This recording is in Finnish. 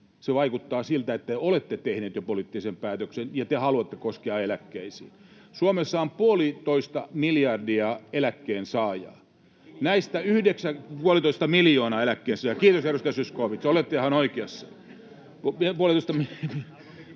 se vaikuttaa siltä, että olette jo tehneet poliittisen päätöksen ja te haluatte koskea eläkkeisiin. Suomessa on puolitoista miljardia eläkkeensaajaa. Näistä yhdeksän... — Puolitoista miljoonaa eläkkeensaajaa, kiitos, edustaja Zyskowicz, olette ihan oikeassa,